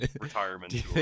retirement